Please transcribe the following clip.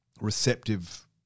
receptive